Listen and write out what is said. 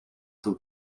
toe